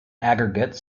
aggregate